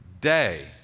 day